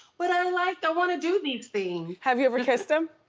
but i like, i wanna do these things. have you ever kissed him?